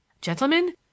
Gentlemen